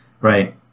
right